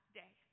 day